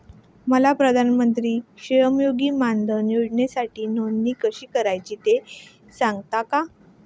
मला प्रधानमंत्री श्रमयोगी मानधन योजनेसाठी नोंदणी कशी करायची ते सांगता का?